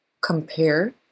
compare